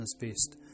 best